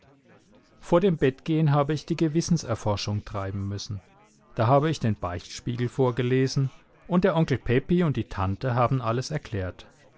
vor dem bettgehen habe ich die gewissenserforschung treiben müssen da habe ich den beichtspiegel vorgelesen und der onkel pepi und die tante haben alles erklärt